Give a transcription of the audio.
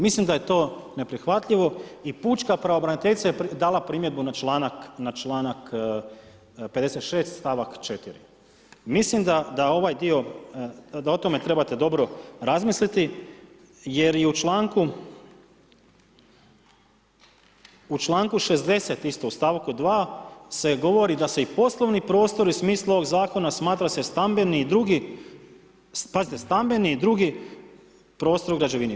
Mislim da je to neprihvatljivo i Pučka pravobraniteljica je dala primjedbu na čl. 56. stavak 4. Mislim da ovaj dio, da o tome trebate dobro razmisliti, jer u čl. 60. isto u stavku 2. se govori da se i poslovni prostori u smislu ovog zakona, smatraju stambeni i drugi prostor u građevini.